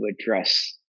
address